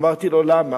אמרתי לו: למה?